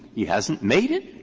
he hasn't made it,